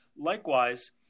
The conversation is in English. Likewise